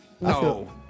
No